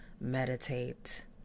meditate